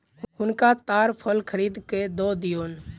हुनका ताड़ फल खरीद के दअ दियौन